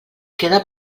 queda